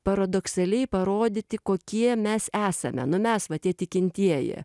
paradoksaliai parodyti kokie mes esame nu mes va tie tikintieji